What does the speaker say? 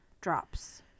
drops